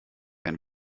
ein